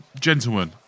Gentlemen